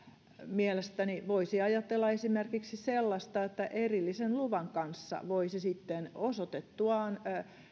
mielestäni voisi ajatella esimerkiksi sellaista että erillisen luvan kanssa voisi sitten osoitettuaan